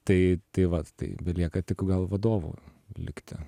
tai tai vat tai belieka tik gal vadovu likti